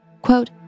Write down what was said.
Quote